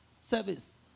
service